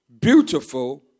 beautiful